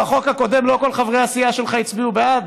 בחוק הקודם לא כל חברי הסיעה שלך הצביעו בעד,